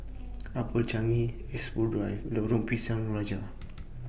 Upper Changi Expo Drive Lorong Pisang Raja